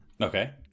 Okay